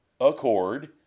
Accord